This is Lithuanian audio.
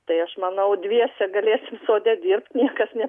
tai aš manau dviese galėsim sode dirbt niekas ne